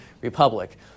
Republic